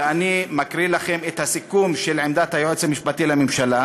ואני מקריא לכם את הסיכום של עמדת היועץ המשפטי לממשלה,